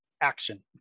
action